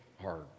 hard